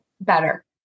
better